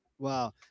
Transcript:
Wow